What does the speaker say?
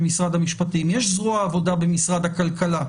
יש זרוע עבודה במשרד הכלכלה,